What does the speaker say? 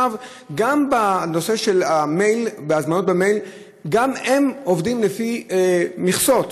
גם בנושא של הזמנות במייל הם עובדים לפי מכסות,